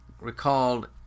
recalled